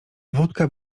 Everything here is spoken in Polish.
wódka